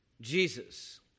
Jesus